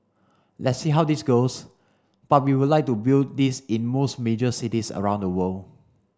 let's see how this goes but we would like to build this in most major cities around the world